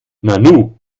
nanu